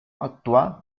atual